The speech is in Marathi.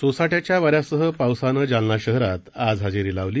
सोसाट्याचा वाऱ्यासह पावसानं जालना शहरात आज हजेरी लावली